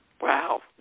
Wow